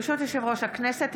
ברשות יושב-ראש הכנסת,